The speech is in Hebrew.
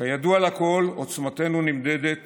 כידוע לכול עוצמתנו נמדדת